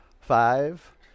Five